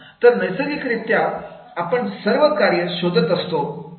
तर नैसर्गिक रित्या आपण सर्व काय शोधत असतो